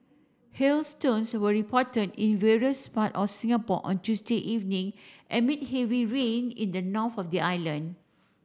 hailstones were reported in various part of Singapore on Tuesday evening amid heavy rain in the north of the island